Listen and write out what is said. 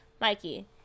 mikey